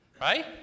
Right